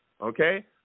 okay